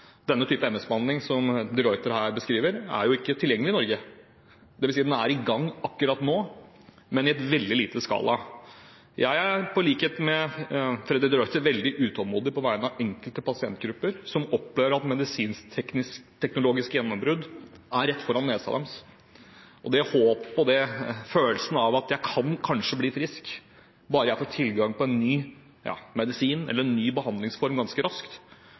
Denne typen MS-behandling som de Ruiter her beskriver, er jo ikke tilgjengelig i Norge, dvs. den er i gang akkurat nå, men i veldig liten skala. Jeg er i likhet med Freddy de Ruiter veldig utålmodig på vegne av enkelte pasientgrupper som opplever at et medisinsk-teknologisk gjennombrudd er rett foran nesa deres, og den følelsen – at jeg kan kanskje bli frisk, bare jeg får tilgang på en ny medisin eller en ny behandlingsform ganske raskt